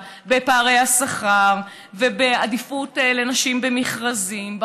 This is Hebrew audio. ופערי השכר ועדיפות לנשים במכרזים,